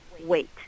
wait